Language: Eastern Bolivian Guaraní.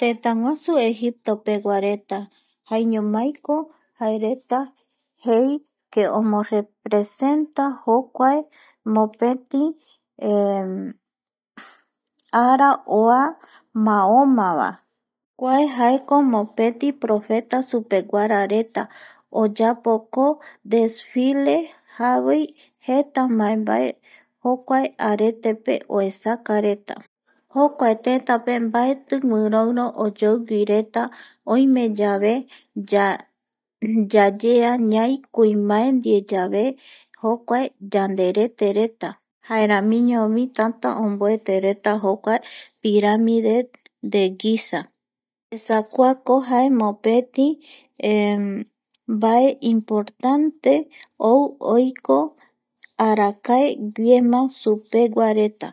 Tëtäguasu Egipto peguareta jaeñomaiko jaereta jei que omorepresenta jokuae mopeti ara oa maomavae kuae aeko mopeti profeta supeguarareta oyapoko desfile javoi jeta mbae mbaejokuae aretepe oesakareta jokuae tetape mbaeti guiroiro oyoiguireta oime yave yayea ñai kuimbae ndie yave yanderetereta jaeramiñovi tanta omboetereta jokuae piramide de ghisa esa kuako jae mopeti mbae importante ou oiko arakae guiema supegua reta